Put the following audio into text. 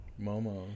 Momo